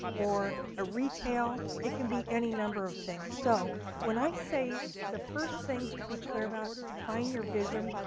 or a retail. it can be any number of things. so when i say the first thing to be clear about define your vision.